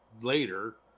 later